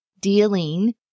dealing